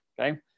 okay